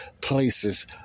places